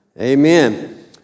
Amen